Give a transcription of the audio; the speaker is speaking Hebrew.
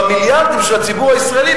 במיליארדים של הציבור הישראלי,